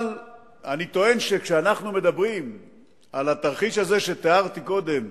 אבל אני טוען שכשאנחנו מדברים על התרחיש הזה שתיארתי קודם,